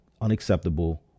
unacceptable